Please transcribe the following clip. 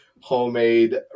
homemade